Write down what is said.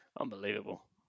Unbelievable